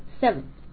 Seven